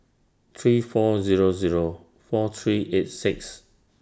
three four Zero Zero four three eight six